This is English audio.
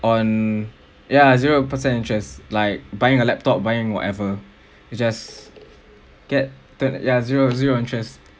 on ya zero percent interest like buying a laptop buying whatever you just get the ya zero zero interest